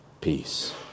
peace